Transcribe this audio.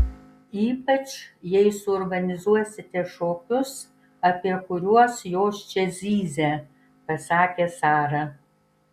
ypač jei suorganizuosite šokius apie kuriuos jos čia zyzė pasakė sara